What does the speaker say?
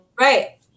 Right